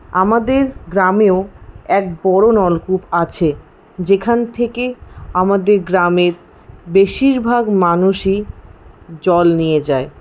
আমাদের গ্রামেও এক বড় নলকূপ আছে যেখান থেকে আমাদের গ্রামের বেশিরভাগ মানুষই জল নিয়ে যায়